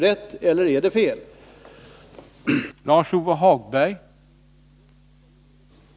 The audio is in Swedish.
Är detta påstående rätt eller fel?